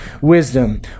wisdom